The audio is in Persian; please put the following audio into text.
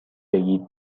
بگیر